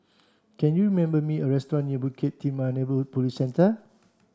can you me a restaurant near Bukit Timah Police Centre